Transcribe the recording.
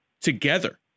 together